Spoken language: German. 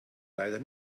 leider